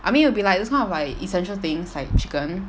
I mean will be like those kind of like essential things like chicken